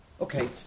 Okay